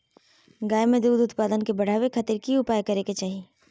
गाय में दूध उत्पादन के बढ़ावे खातिर की उपाय करें कि चाही?